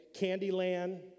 Candyland